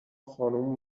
خانوم